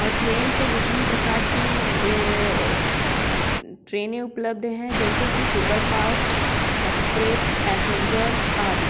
और ट्रेन से विभिन्न प्रकार की ट्रेनें उपलब्ध हैं जैसे कि सुपरपास्ट एक्स्प्रेस पैसेंजर आदि